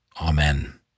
Amen